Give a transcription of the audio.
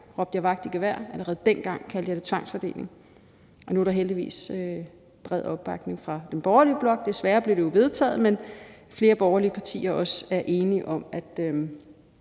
råbte jeg vagt i gevær, allerede dengang kaldte jeg det tvangsfordeling – nu er der heldigvis bred opbakning til det synspunkt fra den borgerlige blok. Det blev desværre vedtaget. Men flere borgerlige partier er enige med